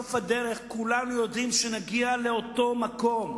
בסוף הדרך כולנו יודעים שנגיע לאותו מקום.